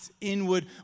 Inward